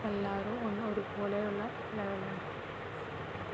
എല്ലാവരും ഒന്ന് ഒരുപോലെയുള്ള ലെവലാണ്